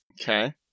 Okay